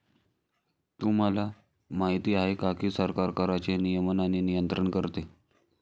तुम्हाला माहिती आहे का की सरकार कराचे नियमन आणि नियंत्रण करते